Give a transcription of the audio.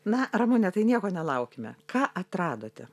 na ramune tai nieko nelaukime ką atradote